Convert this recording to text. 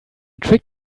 trick